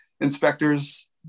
inspectors